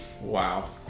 Wow